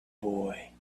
boy